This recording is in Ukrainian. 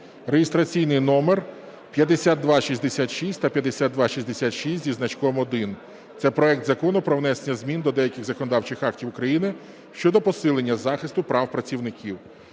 реєстраційний номер 5266 та 5266-1. Це проект Закону про внесення змін до деяких законодавчих актів України щодо посилення захисту прав працівників.